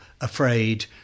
afraid